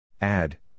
Add